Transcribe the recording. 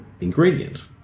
ingredient